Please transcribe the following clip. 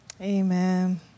amen